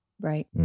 Right